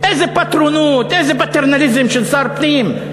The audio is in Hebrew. איזה פטרונות, איזה פטרנליזם של שר פנים.